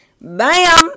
bam